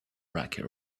rocky